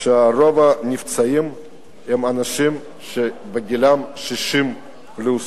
שרוב הנפצעים הם אנשים שגילם 60 פלוס?